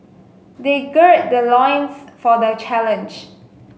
they gird their loins for the challenge